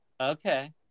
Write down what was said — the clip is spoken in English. Okay